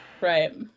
Right